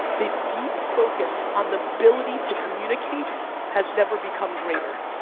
the deep focus on the ability to communicate has never become greater.